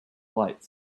flight